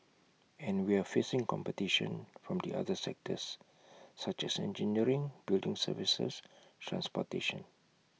and we're facing competition from the other sectors such as engineering building services transportation